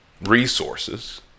resources